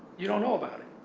you don't know about it,